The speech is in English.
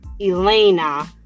Elena